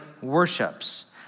worships